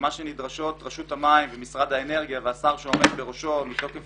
מה שנדרשות רשות המים ומשרד האנרגיה והשר שעומד בראשו מתוקף